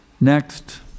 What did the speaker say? Next